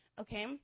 Okay